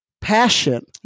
passion